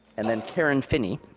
and then carrie and finney,